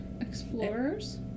explorers